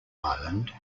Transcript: island